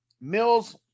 Mills